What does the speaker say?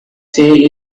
say